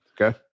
Okay